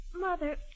mother